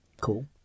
Cool